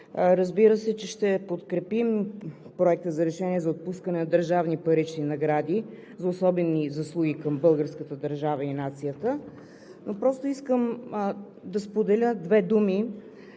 разбира се, че ще подкрепим Проекта за решение за отпускане на държавни парични награди за особени заслуги към българската държава и нацията, но искам да споделя две думи.